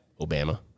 Obama